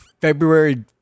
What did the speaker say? February